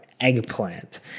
eggplant